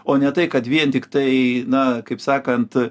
o ne tai kad vien tiktai na kaip sakant